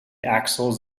axils